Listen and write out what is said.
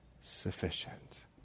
sufficient